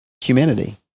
humanity